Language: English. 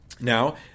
Now